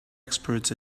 experts